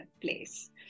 place